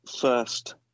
first